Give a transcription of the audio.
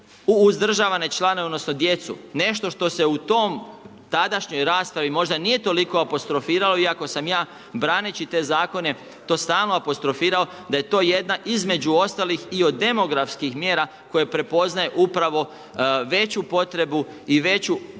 uz uzdržavane članove odnosno djecu, nešto što se u tom, tadašnjoj raspravi možda nije toliko apostrofiralo iako sam ja braneći te zakone, to stalno apostrofirao da je to jedna između ostalih i od demografskih mjera koje prepoznaju upravo veću potrebu i veću,